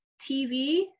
TV